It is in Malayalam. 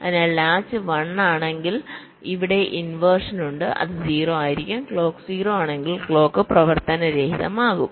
അതിനാൽ ലാച്ച് 1 ആണെങ്കിൽ ഇവിടെ ഇൻവെർഷൻ ഉണ്ട് അത് 0 ആയിരിക്കും ക്ലോക്ക് 0 ആണെങ്കിൽ ക്ലോക്ക് പ്രവർത്തനരഹിതമാക്കും